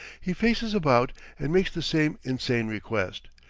he faces about and makes the same insane request,